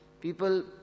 people